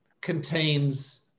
contains